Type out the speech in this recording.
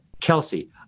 Kelsey